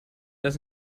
das